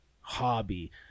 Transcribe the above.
hobby